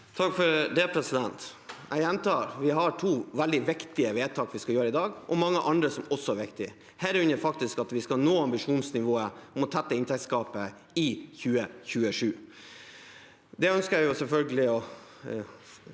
Nordlund (Sp) Jeg gjentar: Vi har to veldig viktige vedtak vi skal gjøre i dag, og mange andre som også er viktige, herunder faktisk at vi skal nå ambisjonsnivået om å tette inntektsgapet i 2027. Det ønsker jeg selvfølgelig at